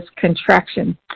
contraction